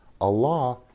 Allah